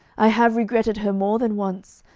i have regretted her more than once,